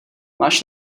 máš